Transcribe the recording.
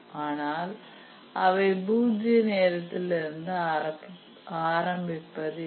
ஆனால் அவை பூஜ்ஜிய நேரத்தில் இருந்து ஆரம்பிப்பது இல்லை